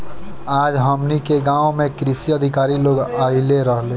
आज हमनी के गाँव में कृषि अधिकारी लोग आइल रहले